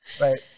Right